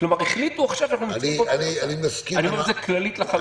אני אומר את זה באופן כללי לחלוטין.